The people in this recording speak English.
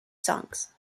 songs